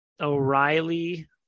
O'Reilly